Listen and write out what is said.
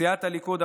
סיעת הליכוד,